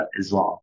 Islam